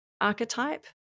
archetype